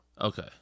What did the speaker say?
okay